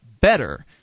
better